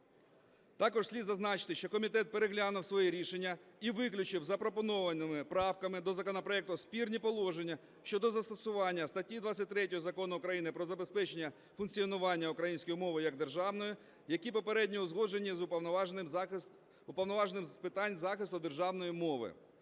Також слід зазначити, що комітет переглянув своє рішення і виключив запропонованими правками до законопроекту спірні положення щодо застосування статті 23 Закону України "Про забезпечення функціонування української мови як державної", які попередньо узгоджені з Уповноваженим з питань захисту державної мови.